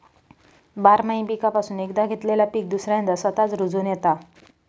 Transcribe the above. बारमाही पीकापासून एकदा घेतलेला पीक दुसऱ्यांदा स्वतःच रूजोन येता